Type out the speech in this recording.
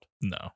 No